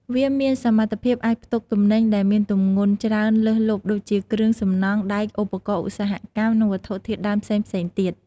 វាមានសមត្ថភាពអាចផ្ទុកទំនិញដែលមានទម្ងន់ច្រើនលើសលប់ដូចជាគ្រឿងសំណង់ ដែក ឧបករណ៍ឧស្សាហកម្ម និងវត្ថុធាតុដើមផ្សេងៗទៀត។